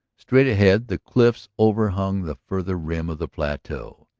straight ahead the cliffs overhung the farther rim of the plateau.